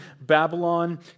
Babylon